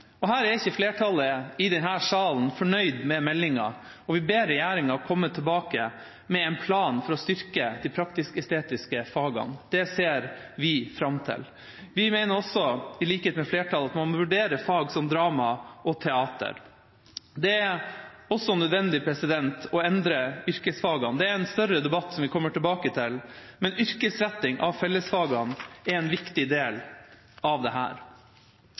Her er ikke flertallet i denne salen fornøyd med meldinga, og vi ber regjeringa komme tilbake med en plan for å styrke de praktisk-estetiske fagene. Det ser vi fram til. Vi mener også, i likhet med flertallet, at man må vurdere fag som drama og teater. Det er også nødvendig å endre yrkesfagene. Det er en større debatt, som vi kommer tilbake til. Men yrkesretting av fellesfagene er en viktig del av